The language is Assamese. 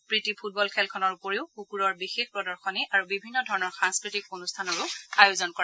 প্ৰীতি ফুটবল খেলখনৰ উপৰিও কুকুৰৰ বিশেষ প্ৰদশনী আৰু বিভিন্ন ধৰণৰ সাংস্কৃতিক অনুষ্ঠানৰো আয়োজন কৰে